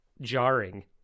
jarring